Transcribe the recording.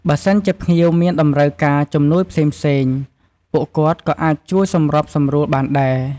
ពួកគាត់ក៏មានតួនាទីក្នុងការជួយ ថែរក្សាអនាម័យ និងសណ្ដាប់ធ្នាប់នៅជុំវិញបរិវេណពិធី និងទីអារាមទាំងមូល ដើម្បីឲ្យបរិយាកាសមានភាពស្អាតបាត និងគួរឲ្យរីករាយ។